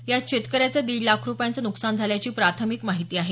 यात शेतकऱ्याचे दीड लाख रूपयांचे नुकसान झाल्याची प्राथमिक माहिती आहे